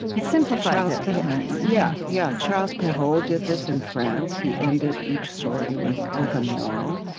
it simplifies it, doesn't it? yeah, yeah charles perrault did this in france. he ended each story with with a moral.